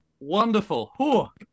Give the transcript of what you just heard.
wonderful